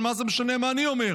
אבל מה זה משנה מה אני אומר?